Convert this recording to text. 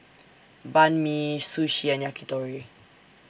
Banh MI Sushi and Yakitori